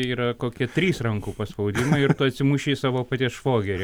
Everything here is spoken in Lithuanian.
yra kokie trys rankų paspaudimai ir tu atsimuši į savo paties švogerį